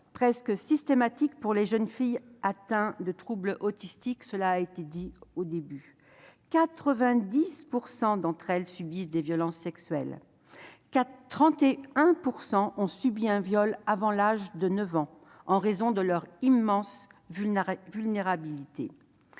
presque systématique, pour les jeunes filles atteintes de troubles autistiques : 90 % d'entre elles subissent des violences sexuelles et 31 % subissent un viol avant l'âge de 9 ans, en raison de leur immense vulnérabilité.